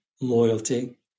loyalty